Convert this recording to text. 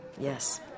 Yes